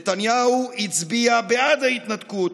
נתניהו הצביע בעד ההתנתקות.